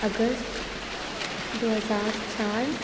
अगस्त दो हज़ार चार